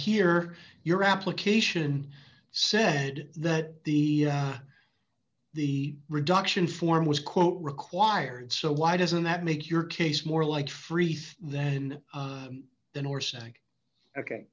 here your application said that the the reduction form was quote required so why doesn't that make your case more like free then than or snack ok